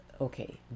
okay